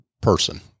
person